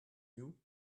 you